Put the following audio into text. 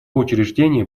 учреждение